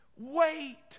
Wait